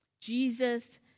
Jesus